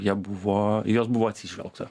jie buvo jos buvo atsižvelgta